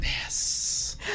Yes